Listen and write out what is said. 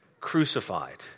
crucified